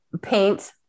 paint